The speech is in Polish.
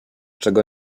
czego